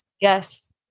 Yes